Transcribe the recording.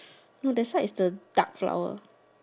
no that side is the dark flower